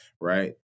right